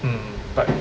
mm but